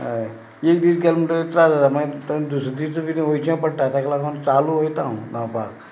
हय एक दीस गेलो म्हणटकच त्रास जाता मागीर दुसऱ्या दिसा वयचें पडटा ताका लागून चालू वयतां हांव धांवपाक